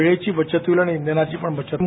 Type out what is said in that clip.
वेळेचीही बचत होईल आणि इंधनाची पण बचत होईल